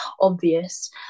obvious